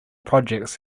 projects